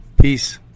Peace